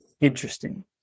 interesting